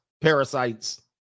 parasites